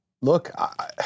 look